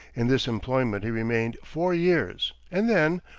in this employment he remained four years, and then,